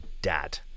Dad